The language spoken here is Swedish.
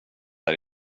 där